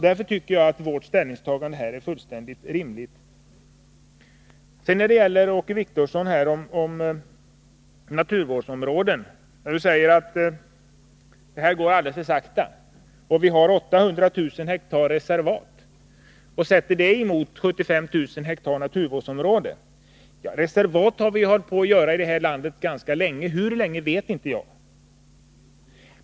Därför anser jag att vårt ställningstagande är rimligt. Åke Wictorsson säger att utvecklingen av naturvårdsområdena går alldeles för sakta — 800 000 ha mark har avsatts som naturreservat medan 75 000 ha mark är naturvårdsområde. Reservat har vi hållit på att bilda här i landet ganska länge, hur länge vet jag inte.